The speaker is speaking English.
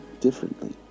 differently